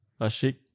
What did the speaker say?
Ashik